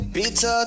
Pizza